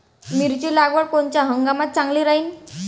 मिरची लागवड कोनच्या हंगामात चांगली राहीन?